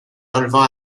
relevant